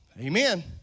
Amen